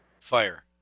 fire